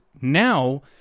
now